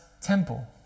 temple